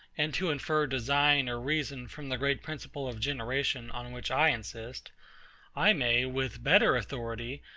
and to infer design or reason from the great principle of generation, on which i insist i may, with better authority,